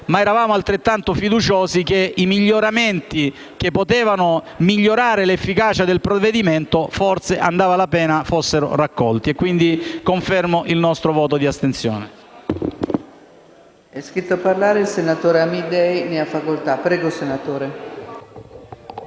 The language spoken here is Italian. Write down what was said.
ma eravamo altrettanto fiduciosi che i suggerimenti che potevano migliorare l'efficacia del provvedimento forse voleva la pena fossero raccolti. Confermo quindi il nostro voto di astensione.